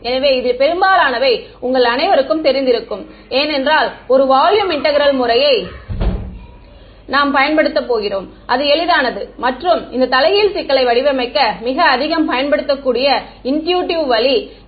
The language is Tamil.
எனவே இதில் பெரும்பாலானவை உங்கள் அனைவருக்கும் தெரிந்திருக்கும் ஏனென்றால் ஒரு வால்யூம் இன்டெக்ரல் முறையை நாம் பயன்படுத்தப் போகிறோம் அது எளிதானது மற்றும் இந்த தலைகீழ் சிக்கலை வடிவமைக்க மிக அதிகம் பயன்படுத்தக்கூடிய இன்ட்யூட்டிவ் வழி குறிப்பு நேரம் 0105